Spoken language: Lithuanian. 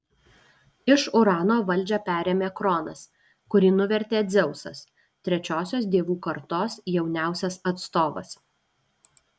iš urano valdžią perėmė kronas kurį nuvertė dzeusas trečiosios dievų kartos jauniausias atstovas